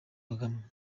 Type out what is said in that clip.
kagame